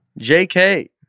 JK